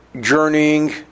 journeying